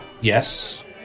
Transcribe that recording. Yes